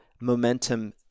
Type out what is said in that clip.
momentum